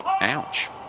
Ouch